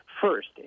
first